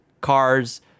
Cars